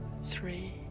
three